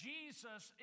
Jesus